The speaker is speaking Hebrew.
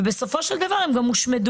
ובסופו של דבר גם הושמדו.